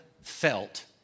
felt